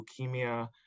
leukemia